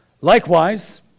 Likewise